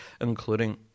including